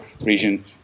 region